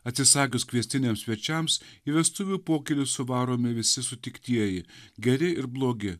atsisakius kviestiniams svečiams į vestuvių pokylį suvaromi visi sutiktieji geri ir blogi